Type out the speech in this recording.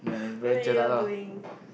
what you all doing